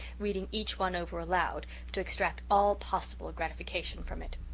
reading each one over aloud to extract all possible gratification from it.